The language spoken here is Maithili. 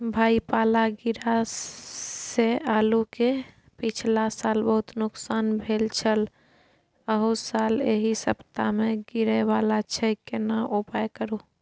भाई पाला गिरा से आलू के पिछला साल बहुत नुकसान भेल छल अहू साल एहि सप्ताह में गिरे वाला छैय केना उपाय करू?